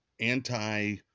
anti